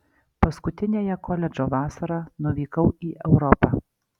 paskutiniąją koledžo vasarą nuvykau į europą